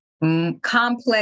complex